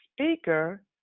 Speaker